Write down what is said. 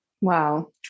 Wow